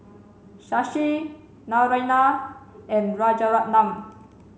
Shashi Naraina and Rajaratnam